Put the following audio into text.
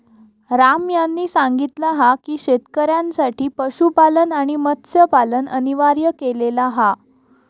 राम यांनी सांगितला हा की शेतकऱ्यांसाठी पशुपालन आणि मत्स्यपालन अनिवार्य केलेला हा